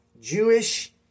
Jewish